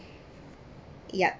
yup